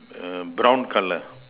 err brown colour